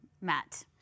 Matt